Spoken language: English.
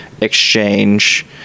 exchange